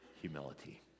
humility